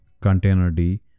Containerd